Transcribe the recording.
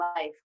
life